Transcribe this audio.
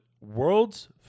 world's